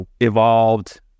evolved